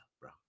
bro